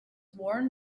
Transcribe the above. worn